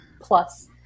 plus